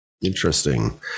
Interesting